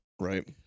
right